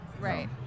Right